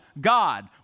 God